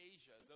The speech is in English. Asia